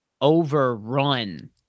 overrun